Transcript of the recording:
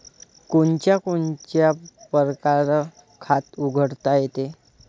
कोनच्या कोनच्या परकारं खात उघडता येते?